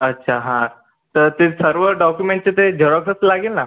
अच्छा हां तर ते सर्व डॉक्युमेंटचे ते झेरॉक्सच लागेल ना